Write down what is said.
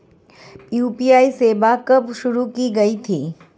UPI सेवा कब शुरू की गई थी?